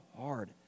hard